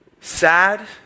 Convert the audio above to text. Sad